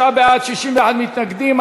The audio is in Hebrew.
59 בעד, 61 מתנגדים.